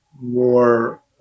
more